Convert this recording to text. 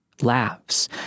laughs